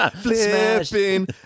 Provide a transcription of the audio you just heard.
flipping